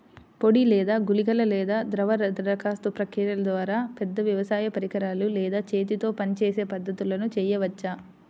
పొడి లేదా గుళికల లేదా ద్రవ దరఖాస్తు ప్రక్రియల ద్వారా, పెద్ద వ్యవసాయ పరికరాలు లేదా చేతితో పనిచేసే పద్ధతులను చేయవచ్చా?